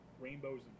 rainbows